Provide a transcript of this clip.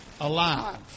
alive